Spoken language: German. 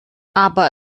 aber